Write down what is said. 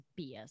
BS